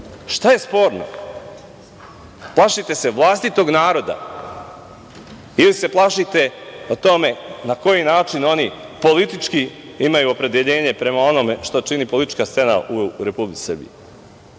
Šta je sporno? Plašite se vlastitog naroda? Ili se plašite na koji način oni politički imaju opredeljenje prema onome što čini politička scena u Republici Srbiji?